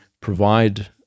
provide